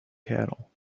cattle